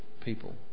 people